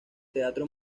teatro